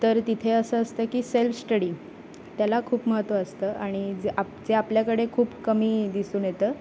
तर तिथे असं असतं की सेल्फ श्टडी त्याला खूप महत्त्व असतं आणि जे आप जे आपल्याकडे खूप कमी दिसून येतं